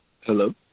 hello